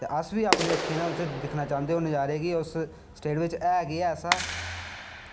ते अस बी अपनी अक्खीं दा दिक्खना चाह्न्ने नज़ारे की इस स्टेट बिच ऐ केह् ऐसा